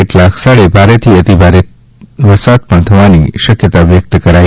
કેટલાંક સ્થળે ભારેથી અતિભારે વરસાદ થવાની પણ શક્યતા વ્યક્ત કરાઈ